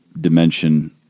dimension